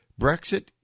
Brexit